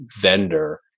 vendor